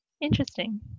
Interesting